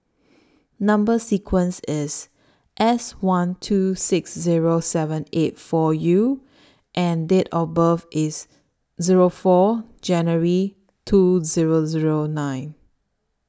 Number sequence IS S one two six Zero seven eight four U and Date of birth IS Zero four January two Zero Zero nine